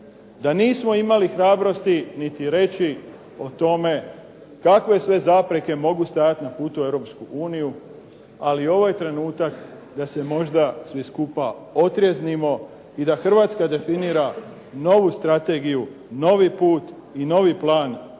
da nismo imali hrabrosti niti reći o tome kakve sve zapreke mogu stajati na putu u Europsku uniju, ali ovo je trenutak da se možda svi skupa otrijeznimo i da Hrvatska definira novu strategiju, novi put i novi plan za